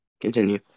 Continue